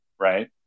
right